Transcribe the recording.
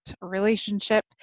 relationship